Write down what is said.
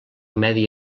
medi